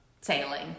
sailing